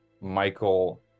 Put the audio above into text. Michael